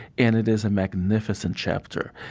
and it is a magnificent chapter.